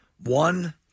One